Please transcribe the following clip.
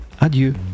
adieu